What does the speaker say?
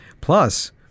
Plus